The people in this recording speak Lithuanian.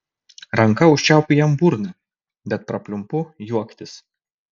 ranka užčiaupiu jam burną bet prapliumpu juoktis